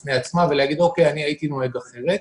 בפני עצמה ולהגיד: הייתי נוהג אחרת.